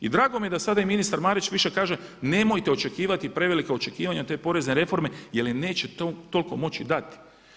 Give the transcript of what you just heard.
I drago mi je da sada i ministar Marić više kaže nemojte očekivati prevelika očekivanja te porezne reforme jer je neće toliko moći dati.